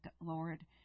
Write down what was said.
Lord